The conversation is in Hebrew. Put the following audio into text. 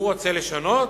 הוא רוצה לשנות?